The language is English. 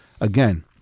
again